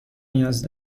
نیاز